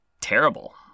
terrible